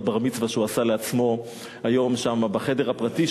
בר-מצווה שהוא עשה לעצמו היום בחדר הפרטי,